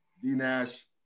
D-Nash